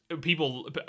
people